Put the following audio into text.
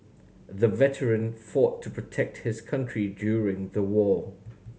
the veteran fought to protect his country during the war